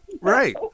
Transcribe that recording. Right